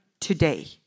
today